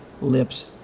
lips